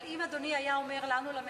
אבל אם אדוני היה אומר לנו, למציעים,